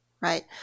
right